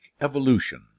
Evolution